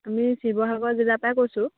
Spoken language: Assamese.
আমি শিৱসাগৰ জিলা পৰাই কৈছোঁ